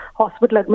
hospital